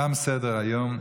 תם סדר-היום.